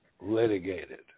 litigated